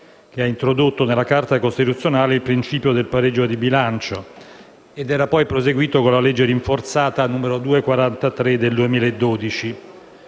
che ha introdotto nella Carta costituzionale il principio del pareggio di bilancio, e poi proseguito con la legge rinforzata n. 243 del 2012.